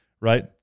Right